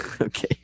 Okay